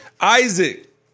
Isaac